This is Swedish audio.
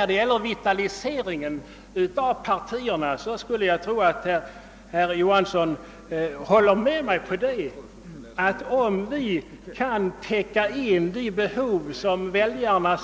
När det gäller vitaliseringen av partierna skulle jag tro att herr Johansson nåller med mig om att om vi kan täcka in de behov som väljarna har,